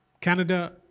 Canada